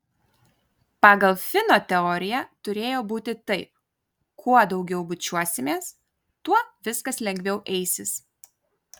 pagal fino teoriją turėjo būti taip kuo daugiau bučiuosimės tuo viskas lengviau eisis